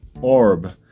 orb